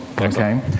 Okay